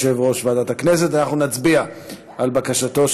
אדוני היושב-ראש, הפצעים האלה, שנגרמו ב-1948,